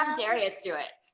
um darius do it.